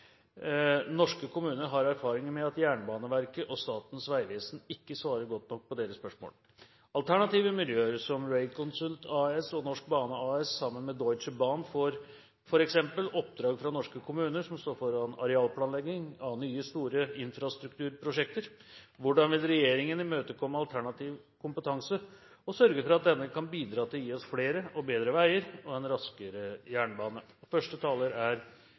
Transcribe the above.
norske kommuner at Jernbaneverket og Statens vegvesen ikke svarer godt nok på deres spørsmål. Alternative miljøer som Railconsult AS og Norsk Bane AS, sammen med Deutsche Bahn, får f.eks. oppdrag fra norske kommuner som står foran arealplanlegging av nye store infrastrukturprosjekter. Mitt spørsmål til regjeringen og statsråden er: Hvordan vil regjeringen imøtekomme alternativ kompetanse som en berikelse, og sørge for at denne kan bidra til å gi oss flere og bedre veier – og en raskere jernbane?